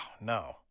no